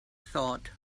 thought